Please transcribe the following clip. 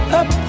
up